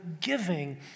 giving